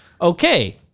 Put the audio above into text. okay